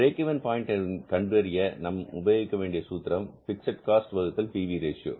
break even point என்பதனை கண்டறிய நாம் உபயோகிக்க வேண்டிய சூத்திரம் பிக்ஸட் காஸ்ட் வகுத்தல் பி வி ரேஷியோ